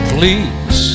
Please